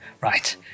Right